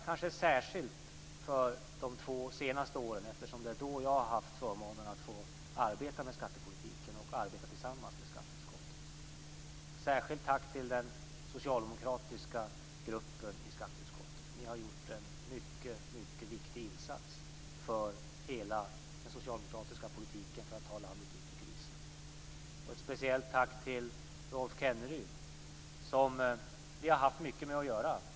Jag får särskilt tacka för de två senaste åren, eftersom det är då jag har haft förmånen att få arbeta med skattepolitiken och arbeta tillsammans med skatteutskottet. Jag riktar ett särskilt tack till den socialdemokratiska gruppen i skatteutskottet. Ni har gjort en mycket viktig insats för hela den socialdemokratiska politiken för att ta landet ut ur krisen. Jag vill också rikta ett speciellt tack till Rolf Kenneryd som vi har haft mycket med att göra.